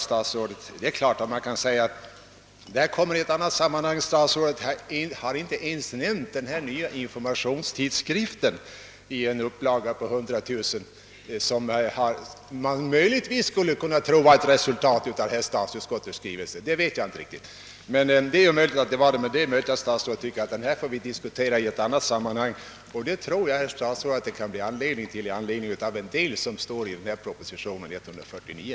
Statsrådet kan givetvis säga att dessa frågor kommer upp i annat sammanhang, men statsrådet har inte ens nämnt den nya informationstidskrift med en upplaga på 100000 exemplar som man möjligen kunde tro vara ett resultat av statsutskottets skrivelse. Om det är så känner jag inte till, men det är möjligt. Statsrådet tycker kanske att vi kan diskutera dessa frågor i annat sammanhang. Det tror jag också det blir anledning till med hänsyn till vad som står i proposition nr 149.